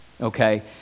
okay